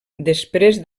després